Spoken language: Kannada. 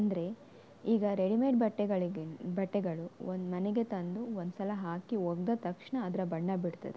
ಅಂದರೆ ಈಗ ರೆಡಿಮೇಡ್ ಬಟ್ಟೆಗಳಿಗಿನ್ನ ಬಟ್ಟೆಗಳು ಒಂದು ಮನೆಗೆ ತಂದು ಒಂದುಸಲ ಹಾಕಿ ಒಗೆದ ತಕ್ಷಣ ಅದರ ಬಣ್ಣ ಬಿಡ್ತದೆ